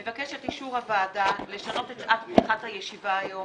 מבקש את אישור הוועדה לשנות שעת פתיחת הישיבה היום